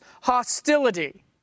hostility